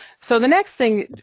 so, the next thing,